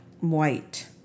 white